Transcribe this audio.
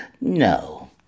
No